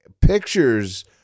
pictures